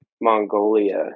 Mongolia